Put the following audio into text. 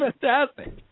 fantastic